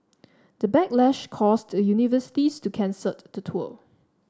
the backlash caused the universities to cancel the tour